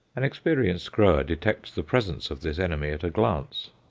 an experienced grower detects the presence of this enemy at a glance.